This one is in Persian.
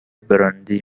براندی